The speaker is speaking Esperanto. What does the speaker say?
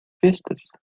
festas